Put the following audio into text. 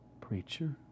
preacher